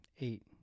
eight